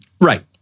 Right